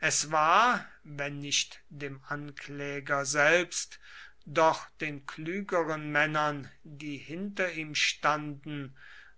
es war wenn nicht dem ankläger selbst doch den klügeren männern die hinter ihm standen